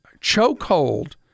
chokehold